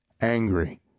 angry